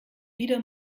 wieder